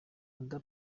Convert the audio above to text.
oda